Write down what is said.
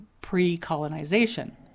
pre-colonization